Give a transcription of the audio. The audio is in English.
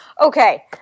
Okay